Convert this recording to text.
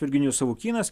virginijus savukynas